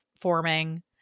forming